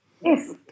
Yes